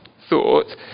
thought